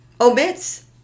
omits